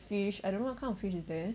fish I don't know what kind of fish is there